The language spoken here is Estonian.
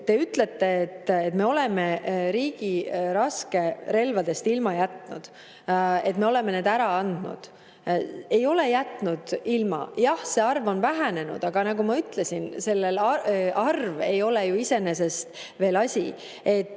te ütlete, et me oleme riigi raskerelvadest ilma jätnud, et me oleme need ära andnud. Ei ole jätnud ilma! Jah, see arv on vähenenud, aga nagu ma ütlesin, arv ei ole iseenesest ju veel asi.